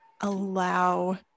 allow